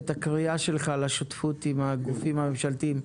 את הקריאה שלך לשותפות עם הגופים הממשלתיים.